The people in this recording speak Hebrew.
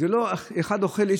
זה לא האחד שאוכל, ויש